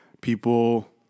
people